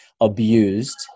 abused